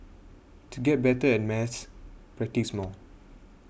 to get better at maths practise more